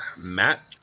Matt